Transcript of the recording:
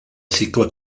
cicle